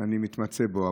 שאני מתמצא בו.